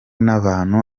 n’abantu